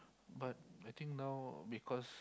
but I think now because